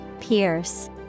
Pierce